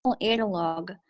analog